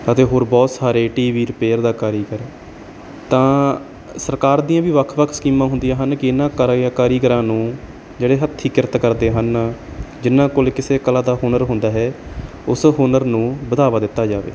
ਅਤੇ ਹੋਰ ਬਹੁਤ ਸਾਰੇ ਟੀ ਵੀ ਰਿਪੇਅਰ ਦਾ ਕਾਰੀਗਰ ਤਾਂ ਸਰਕਾਰ ਦੀਆਂ ਵੀ ਵੱਖ ਵੱਖ ਸਕੀਮਾਂ ਹੁੰਦੀਆਂ ਹਨ ਕਿ ਇਹਨਾਂ ਕਾਰਾਆ ਕਾਰੀਗਰਾਂ ਨੂੰ ਜਿਹੜੇ ਹੱਥੀਂ ਕਿਰਤ ਕਰਦੇ ਹਨ ਜਿਹਨਾਂ ਕੋਲ ਕਿਸੇ ਕਲਾ ਦਾ ਹੁਨਰ ਹੁੰਦਾ ਹੈ ਉਸ ਹੁਨਰ ਨੂੰ ਵਧਾਵਾ ਦਿੱਤਾ ਜਾਵੇ